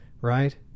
right